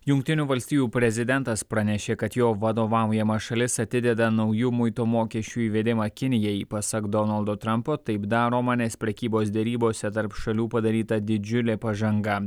jungtinių valstijų prezidentas pranešė kad jo vadovaujama šalis atideda naujų muito mokesčių įvedimą kinijai pasak donaldo trampo taip daroma nes prekybos derybose tarp šalių padaryta didžiulė pažanga